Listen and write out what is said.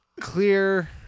Clear